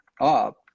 up